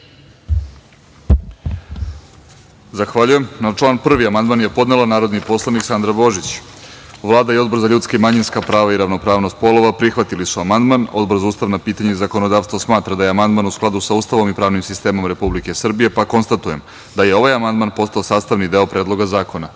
Zahvaljujem. Član 1. amandman je podnela narodni poslanik Sandra Božić. Vlada i Odbor za ljudska i manjinska prava i ravnopravnost polova prihvatili su amandman, a Odbor za ustavna pitanja i zakonodavstvo smatra da je amandman u skladu sa Ustavom i pravnim sistemom Republike Srbije. Konstatujem da je ovaj amandman postao sastavni deo Predloga zakona. Reč